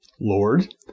Lord